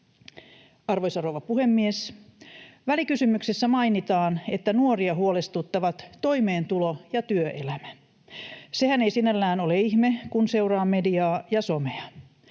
Arvoisa rouva puhemies! Välikysymyksessä mainitaan, että nuoria huolestuttavat toimeentulo ja työelämä. Sehän ei sinällään ole ihme, kun seuraa mediaa ja somea.